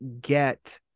get